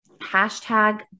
Hashtag